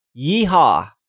yeehaw